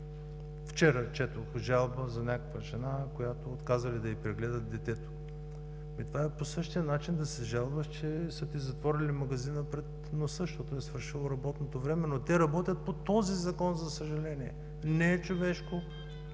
Вчера четох жалба за някаква жена, на която отказали да й прегледат детето. Ами, това е по същия начин да се жалваш, че са ти затворили магазина пред носа, защото е свършило работното време. Но те работят по този Закон, за съжаление! Не е човешко,